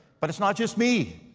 but it's not just me,